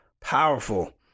powerful